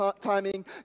timing